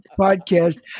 podcast